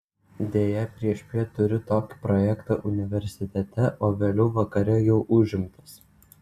deja priešpiet turiu tokį projektą universitete o vėliau vakare jau užimtas